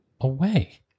away